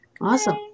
Awesome